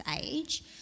age